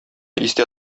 истә